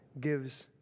gives